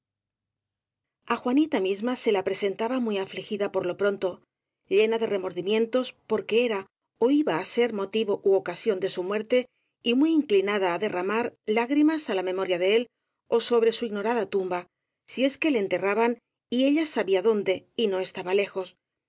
á juanita misma se la presentaba muy afligida por lo pronto llena de remordimientos porque era ó iba á ser motivo ú ocasión de su muerte y muy inclinada á derramar lágrimas á la memoria de él ó sobre su ignorada tumba si es que le enterraban y ella sabía dónde y no estaba lejos